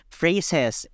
phrases